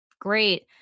great